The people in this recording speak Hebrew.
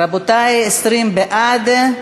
רבותי, 20 בעד,